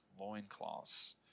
loincloths